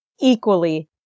equally